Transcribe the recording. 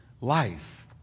life